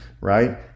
right